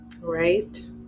Right